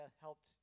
helped